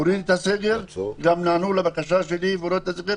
להוריד את הסגר גם נענו לבקשה שלי להורדת הסגר